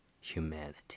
humanity